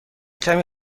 کمی